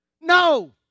No